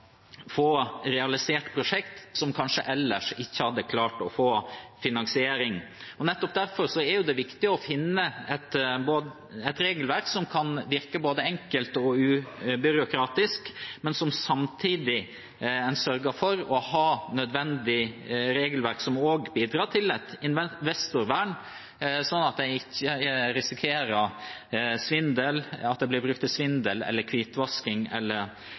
få finansiering. Nettopp derfor er det viktig å lage et regelverk som kan virke både enkelt og ubyråkratisk, men som samtidig er et regelverk som sørger for et investorvern, slik at en ikke risikerer at dette blir brukt til svindel, hvitvasking eller